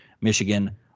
Michigan